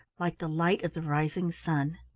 like the light of the rising sun.